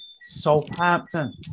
Southampton